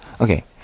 Okay